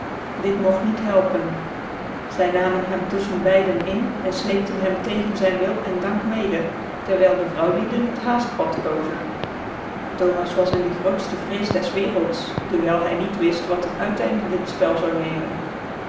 dit mogt niet helpen zy namen hem tuitchcn beide in en fleepte hem tcgens zyn wil en dank mede tcrwyl de vrouwlieden het hazepad kozen thomas was in de grootftc vrees des wcrclts dcvvyl hy niet wift wat een uiteinde dit fpcl zoude nemen